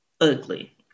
ugly